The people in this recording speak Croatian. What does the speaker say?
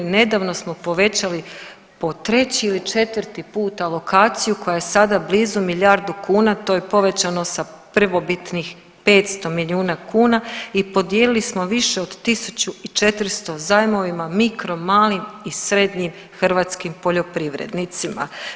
Nedavno smo povećali po treći ili četvrti put alokaciju koja je sada blizu milijardu kuna, to je povećano sa prvobitnih 500 milijuna kuna i podijelili smo više od 1400 zajmovima mikro, malim i srednjim hrvatskim poljoprivrednicima.